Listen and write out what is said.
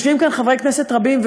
יושבים כאן חברי כנסת רבים,